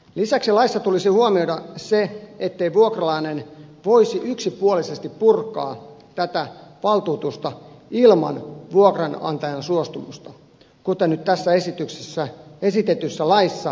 lisäksi laissa tulisi huomioida se ettei vuokralainen voisi yksipuolisesti purkaa tätä valtuutusta ilman vuokranantajan suostumusta kuten nyt tässä esityksessä esitetyssä laissa se on mahdollista